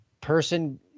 person